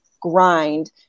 grind